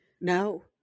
No